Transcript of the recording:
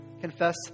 Confess